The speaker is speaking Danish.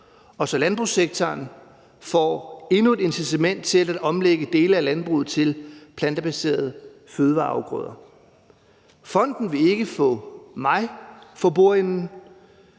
og så landbrugssektoren får endnu et incitament til at omlægge dele af landbruget til plantebaserede fødevareafgrøder. Fonden vil ikke få mig for bordenden;